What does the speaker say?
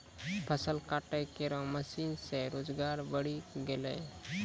फसल काटै केरो मसीन सें रोजगार बढ़ी गेलै